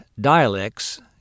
dialects